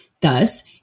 Thus